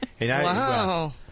Wow